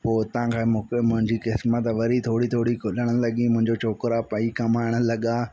पो उतां खां मोकिलियो मुंहिंजी क़िसमत वरी खुलणु लॻी मुंहिंजा छोकिरा ॿई कमाइणु लॻा